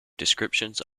descriptions